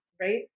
right